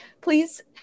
Please